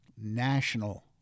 National